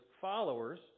followers